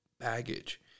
baggage